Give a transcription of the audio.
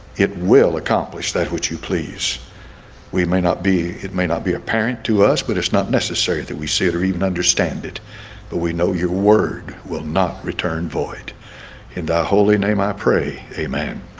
it will accomplish that which you pleased we may not be it may not be apparent to us, but it's not necessary that we see it or even understand it but we know your word will not return void in the holy name. i pray amen